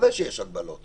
בוודאי שיש הגבלות.